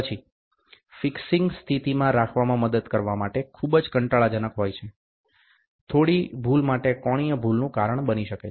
પછી ફિક્સિંગ સ્થિતિમાં રાખવામાં મદદ કરવા માટે ખૂબ જ કંટાળાજનક હોય છે થોડી ભૂલ મોટી કોણીય ભૂલનું કારણ બની શકે છે